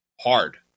hard